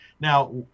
Now